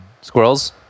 Squirrels